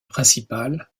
principal